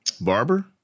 Barber